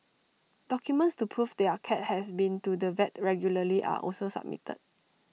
documents to prove their cat has been to the vet regularly are also submitted